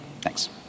Thanks